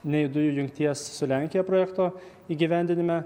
nei dujų jungties su lenkija projekto įgyvendinime